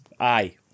aye